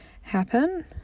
happen